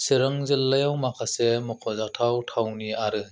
चिरां जिल्लायाव माखासे मख'जाथाव थावनि आरो